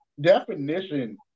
definition